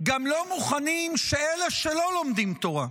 גם לא מוכנים שאלה שלא לומדים תורה,